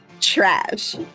trash